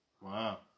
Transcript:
Wow